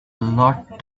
lot